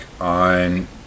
on